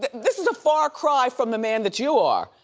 this is a far cry from the man that you are,